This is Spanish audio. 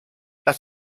las